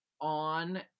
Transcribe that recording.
on